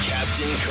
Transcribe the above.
Captain